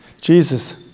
Jesus